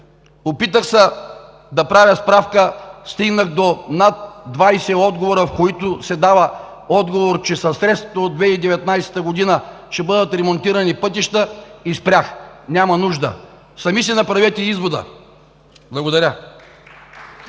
Опитах се да правя справка, стигнах до над 20 въпроса, в които се дава отговор, че със средствата от 2019 г. ще бъдат ремонтирани пътища, и спрях, няма нужда! Сами си направете извода. Благодаря.